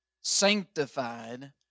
sanctified